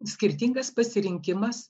skirtingas pasirinkimas